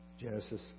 Genesis